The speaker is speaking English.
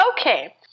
Okay